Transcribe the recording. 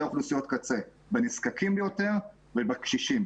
אוכלוסיות קצה בנזקקים ביותר ובקשישים.